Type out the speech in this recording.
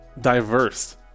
diverse